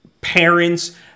parents